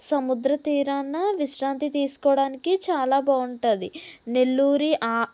సముద్రతీరాన విశ్రాంతి తీసుకోవడానికి చాలా బాగుంటుంది నెల్లూరి ఆ